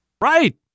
Right